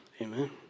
Amen